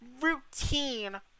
routine